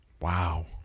Wow